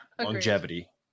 Longevity